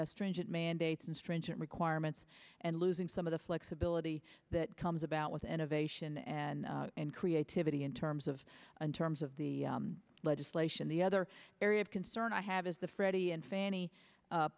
stringent mandates and stringent requirements and losing some of the flexibility that comes about with innovation and creativity in terms of in terms of the legislation the other area of concern i have is the freddie and fann